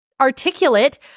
articulate